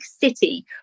city